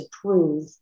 prove